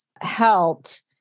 helped